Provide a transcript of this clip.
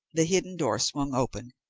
the hidden door swung open,